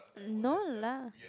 mm no lah